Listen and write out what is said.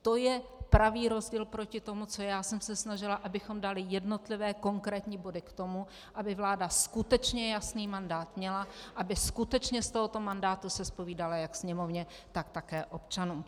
To je pravý rozdíl proti tomu, co já jsem se snažila, abychom dali jednotlivé konkrétní body k tomu, aby vláda skutečně jasný mandát měla, aby skutečně z tohoto mandátu se zpovídala jak Sněmovně, tak také občanům.